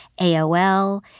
AOL